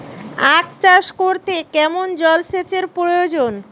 আখ চাষ করতে কেমন জলসেচের প্রয়োজন?